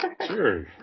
Sure